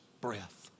breath